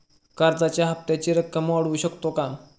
कर्जाच्या हप्त्याची रक्कम वाढवू शकतो का?